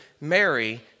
Mary